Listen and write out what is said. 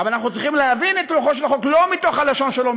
אבל אנחנו צריכים להבין את רוחו של החוק לא מתוך הלשון שלו,